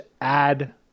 add